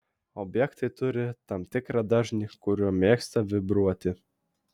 objektai turi tam tikrą dažnį kuriuo mėgsta vibruoti